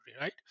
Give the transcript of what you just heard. right